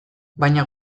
baina